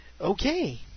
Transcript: Okay